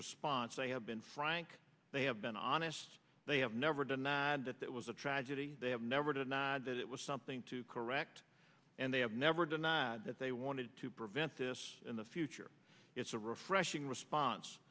response they have been frank they have been honest they have never denied that that was a tragedy they have never denied that it was something to correct and they have never denied that they wanted to prevent this in the future it's a refreshing response